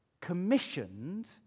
commissioned